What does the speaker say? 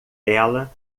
dela